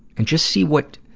and just see what,